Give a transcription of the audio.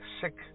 Sick